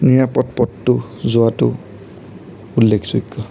নিৰাপদ পথটোত যোৱাটো উল্লেখযোগ্য